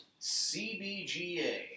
CBGA